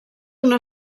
una